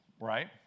Right